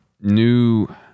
new